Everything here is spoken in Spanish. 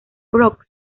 brock